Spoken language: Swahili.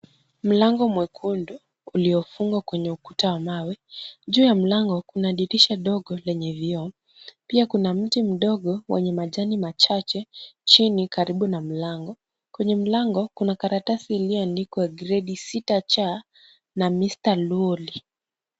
Mlango mwekundu uliofungwa kwenye ukuta wa mawe. Juu ya mlango kuna dirisha ndogo lenye vioo. Pia kuna mti mdogo wenye majani machache chini karibu na mlango. Kwenye mlango kuna karatasi iliyoandikwa gredi 6C na mister Lwoli.